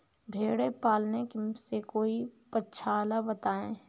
भेड़े पालने से कोई पक्षाला बताएं?